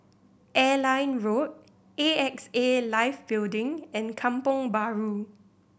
Airline Road A X A Life Building and Kampong Bahru